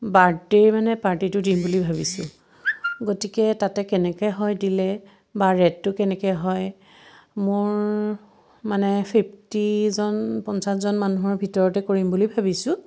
বাৰ্থদেৰ মানে পাৰ্টিটো দিম বুলি ভাবিছিলোঁ গতিকে তাতে কেনেকৈ হয় দিলে বা ৰেতটো কেনেকৈ হয় মোৰ মানে ফিফ্টিজন পঞ্চাছজন মানুহৰ ভিতৰতে কৰিম বুলি ভাবিছোঁ